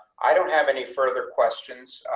i don't have any further questions.